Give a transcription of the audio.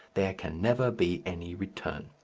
there can never be any return.